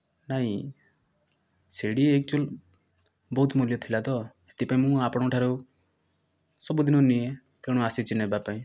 ନାହିଁ ସେଠି ଏକଚୁଆଲି ବହୁତ ମୁଲ୍ୟ ଥିଲା ତ ସେଥି ପାଇଁ ମୁଁ ଆପଣଙ୍କ ଠାରୁ ସବୁ ଦିନ ନିଏ ତେଣୁ ଆସିଛି ନେବା ପାଇଁ